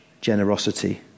generosity